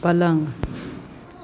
पलंग